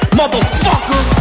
motherfucker